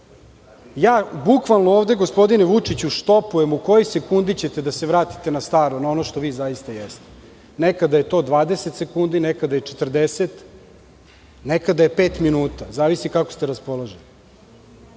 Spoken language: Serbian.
ja bukvalno ovde, gospodine Vučiću, štopujem u kojoj sekundi ćete da se vratite na staro, na ono što vi zaista jeste. Nekada je to 20 sekundi, a nekada 40, a nekada 5 minuta , zavisi kako ste raspoloženi,